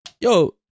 yo